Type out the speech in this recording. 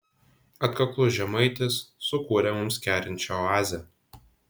atkaklus žemaitis sukūrė mums kerinčią oazę